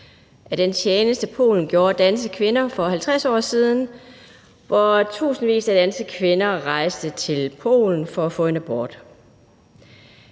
af den tjeneste, Polen gjorde danske kvinder for 50 år siden, hvor tusindvis af danske kvinder rejste til Polen for at få en abort.